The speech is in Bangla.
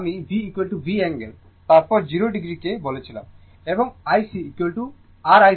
আসলে আমি V V অ্যাঙ্গেল তারপর 0o কে বলেছিলাম এবং IC r IC angle 0o